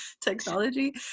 technology